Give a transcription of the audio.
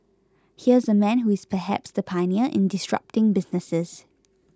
here's a man who is perhaps the pioneer in disrupting businesses